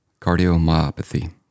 cardiomyopathy